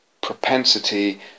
propensity